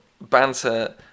banter